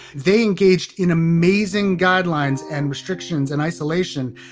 they engaged in amazing guidelines and restrictions and isolation.